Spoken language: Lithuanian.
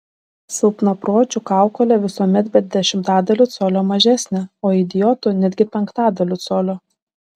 silpnapročių kaukolė visuomet bent dešimtadaliu colio mažesnė o idiotų netgi penktadaliu colio